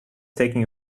taking